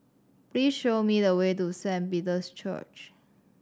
please show me the way to Saint Peter's Church